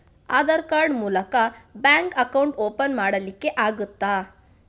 Aadhaar card ಮೂಲಕ bank account open ಮಾಡಲಿಕ್ಕೆ ಆಗುತಾ?